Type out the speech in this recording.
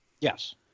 Yes